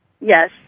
Yes